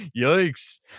Yikes